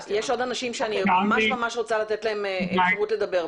יש פה עוד אנשים שאני ממש ממש רוצה לתת להם אפשרות לדבר.